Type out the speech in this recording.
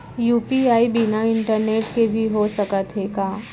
UPI बिना internet के भी हो सकत हे का?